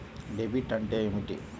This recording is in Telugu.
డెబిట్ అంటే ఏమిటి?